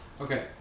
Okay